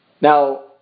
Now